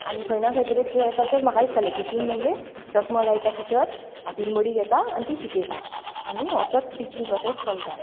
आनी खंय ना खंय तरी तशेंच म्हाका दिसतालें टिचींग म्हणजे चस्मा लायता टिचक हातींत बडी घेता आनी ती शिकयता आनी असो टिचींग प्रोसेस चलता